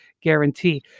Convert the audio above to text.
Guarantee